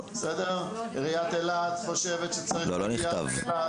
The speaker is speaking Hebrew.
עיריית אילת שצריך פגייה באילת.